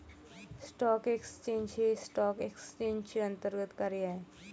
stock exchange हे stock एक्सचेंजचे अंतर्गत कार्य आहे